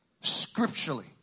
scripturally